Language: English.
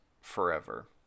forever